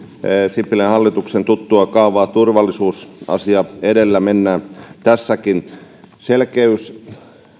sipilän hallituksen tuttua kaavaa turvallisuusasia edellä mennään tässäkin selkeys